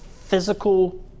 physical